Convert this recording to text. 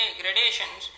gradations